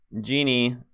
Genie